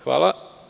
Hvala.